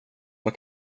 vad